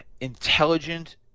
intelligent